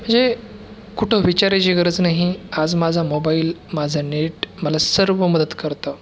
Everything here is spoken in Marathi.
म्हणजे कुठं विचारायची गरज नाही आज माझा मोबाईल माझा नेट मला सर्व मदत करतं